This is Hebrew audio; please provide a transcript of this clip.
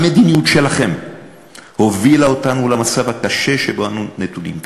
המדיניות שלכם הובילה אותנו למצב הקשה שבו אנו נתונים כעת.